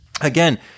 again